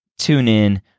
TuneIn